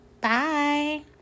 bye